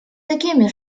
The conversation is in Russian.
такими